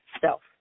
self